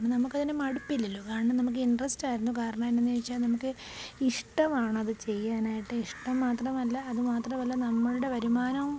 നമ്മുക്കതിനെ മടുപ്പില്ലല്ലോ കാരണം നമ്മള്ക്ക് ഇൻട്രസ്റ്റ് ആയിരുന്നു കാരണം എന്നെന്ന് വെച്ചാല് നമ്മള്ക്ക് ഇഷ്ടമാണ് അത് ചെയ്യാനായിട്ട് ഇഷ്ടം മാത്രമല്ല അത് മാത്രമല്ല നമ്മളുടെ വരുമാനം